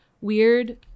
Weird